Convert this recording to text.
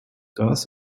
das